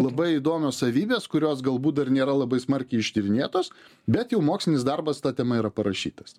labai įdomios savybės kurios galbūt dar nėra labai smarkiai ištyrinėtos bet jau mokslinis darbas ta tema yra parašytas